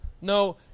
No